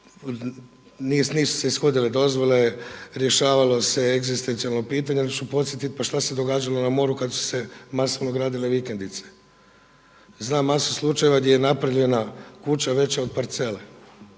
nisu se ishodile dozvole, rješavalo se egzistencijalno pitanje. Ali ću podsjetiti što se događalo na moru kada su se masovno gradile vikendice. Znam masu slučajeva gdje je napravljena kuća veća od parcele